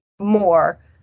more